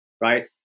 Right